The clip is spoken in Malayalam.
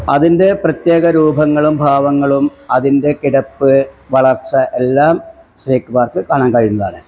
അതിൻ്റെ പ്രത്യേക രൂപങ്ങളും ഭാവങ്ങളും അതിൻ്റെ കിടപ്പ് വളർച്ച എല്ലാം സ്നേക്ക് പാർക്കിൽ കാണാൻ കഴിയുന്നതാണ്